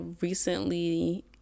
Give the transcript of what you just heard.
recently